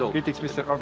so greetings, mr.